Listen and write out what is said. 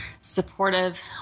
supportive